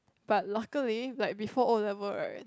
but luckily like before O-level right